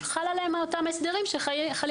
חלים עליהם אותם הסדרים שחלים.